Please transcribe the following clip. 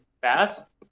fast